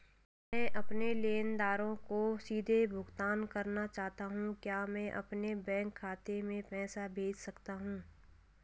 मैं अपने लेनदारों को सीधे भुगतान करना चाहता हूँ क्या मैं अपने बैंक खाते में पैसा भेज सकता हूँ?